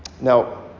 Now